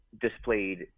displayed